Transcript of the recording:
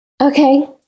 Okay